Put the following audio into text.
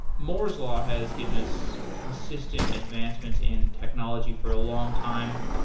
moore's law has given us consistent advancements in technology for a long time,